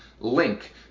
link